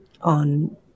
on